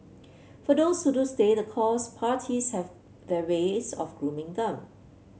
for those who do stay the course parties have their ways of grooming them